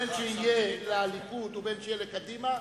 בין שהיא של הליכוד ובין שהיא של קדימה,